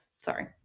sorry